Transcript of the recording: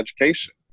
education